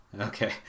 okay